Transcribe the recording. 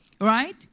right